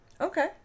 Okay